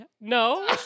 No